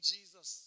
Jesus